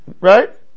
Right